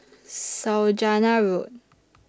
Saujana Road